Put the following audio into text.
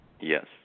Yes